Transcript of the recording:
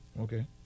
Okay